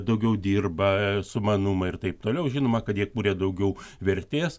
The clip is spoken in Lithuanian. daugiau dirba sumanumą ir taip toliau žinoma kad jie kuria daugiau vertės